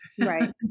right